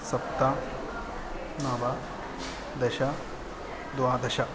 सप्त नव दश द्वादश